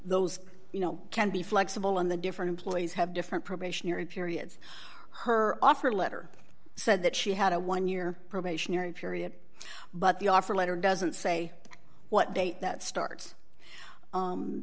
those you know can be flexible on the different employees have different probationary period her offer letter said that she had a one year probationary period but the offer letter doesn't say what date that starts